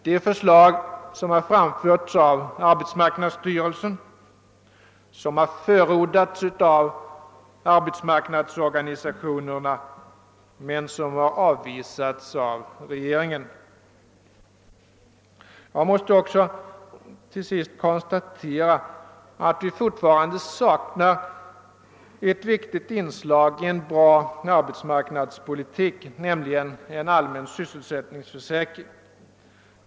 Det är förslag som har framförts av arbetsmarknadsstyrelsen, som har förordats av arbetsmarknadsorganiastionerna men som har avvisats av regeringen. Jag måste också till sist konstatera att vi fortfarande saknar ett viktigt inslag i en bra arbetsmarknadspolitik, nämligen en allmän sysselsättningsförsäkring.